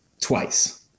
twice